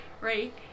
right